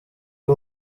ari